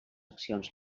accions